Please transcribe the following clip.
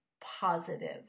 positive